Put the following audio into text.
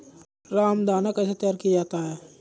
रामदाना कैसे तैयार किया जाता है?